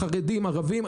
חרדים וערבים.